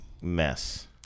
mess